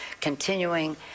continuing